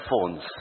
phones